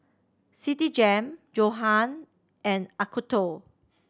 Citigem Johan and Acuto